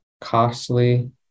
costly